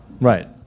Right